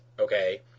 okay